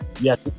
Yes